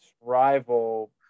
rival